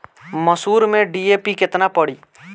मसूर में डी.ए.पी केतना पड़ी?